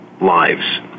lives